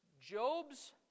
Job's